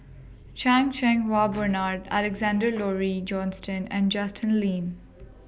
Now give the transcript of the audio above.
Chan Cheng Wah Bernard Alexander Laurie Johnston and Justin Lean